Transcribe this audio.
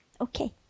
Okay